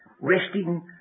resting